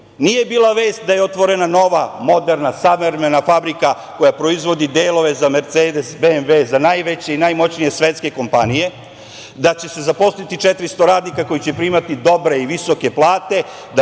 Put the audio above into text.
nije bila vest da je otvorena nova, moderna, savremena fabrika koja proizvodi delove za Mercedes, BMV, za najveće i najmoćnije svetske kompanije, da će se zaposliti 400 radnika, koji će primati dobre i visoke plate,